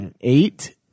Eight